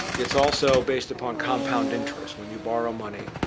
it's also based upon compound interest. when you borrow money,